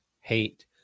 hate